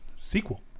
Sequel